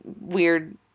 weird